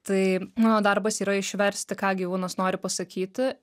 tai mano darbas yra išversti ką gyvūnas nori pasakyti